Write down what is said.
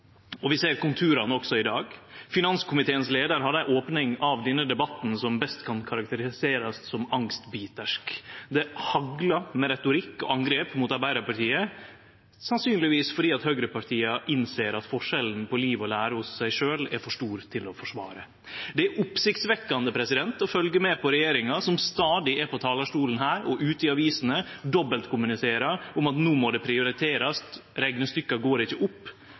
Vi ser konturane også i dag. Leiaren i finanskomiteen hadde ei opning av denne debatten som best kan karakteriserast som «angstbitersk». Det hagla med retorikk mot og angrep på Arbeidarpartiet, sannsynlegvis fordi høgrepartia innser at forskjellen på liv og lære hos dei sjølve er for stor til å forsvare. Det er oppsiktsvekkjande å følgje med på regjeringa, som stadig er på talarstolen her og ute i avisene og dobbeltkommuniserer om at no må det prioriterast, reknestykka går ikkje opp.